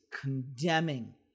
condemning